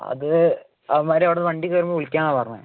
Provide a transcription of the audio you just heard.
അത് അവന്മാർ അവിടെ നിന്ന് വണ്ടിയിൽ കയറുമ്പം വിളിക്കാം എന്നാണ് പറഞ്ഞത്